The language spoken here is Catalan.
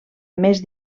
més